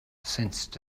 sensed